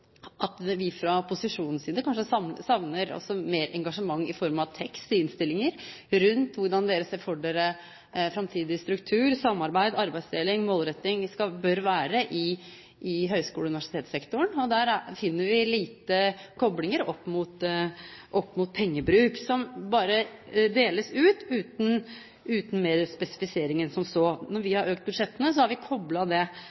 at vi fra posisjonens side kanskje savner mer engasjement i form av tekst i innstillinger om hvordan partiene ser for seg hva slags framtidig struktur, samarbeid, arbeidsdeling og målretting det bør være i høyskole- og universitetssektoren. Der finner vi få koblinger opp mot pengebruk, pengene bare deles ut uten mer spesifisering enn som så. Når vi har økt budsjettene, har vi koblet det